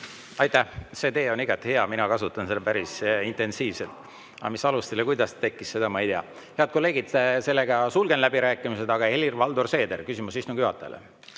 Aitäh! See tee on igati hea, mina kasutan seda päris intensiivselt. Aga mis alustel ja kuidas see tekkis, seda ma ei tea. Head kolleegid, sulgen läbirääkimised. Aga Helir-Valdor Seeder, küsimus istungi juhatajale.